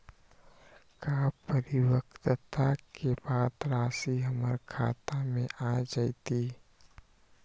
का परिपक्वता के बाद राशि हमर खाता में आ जतई?